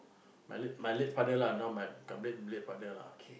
my late my late father lah now my c~ late late father lah